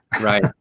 Right